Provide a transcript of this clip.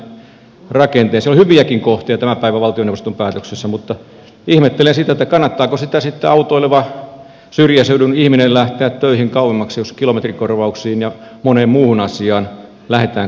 siellä on hyviäkin kohtia tämän päivän valtioneuvoston päätöksessä mutta ihmettelen sitä kannattaako sitä sitten autoilevan syrjäseudun ihmisen lähteä töihin kauemmaksi jos kilometrikorvauksiin ja moneen muuhun asiaan lähdetään koskemaan